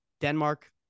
Denmark